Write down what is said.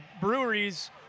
breweries